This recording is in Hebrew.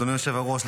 אדוני היושב-ראש,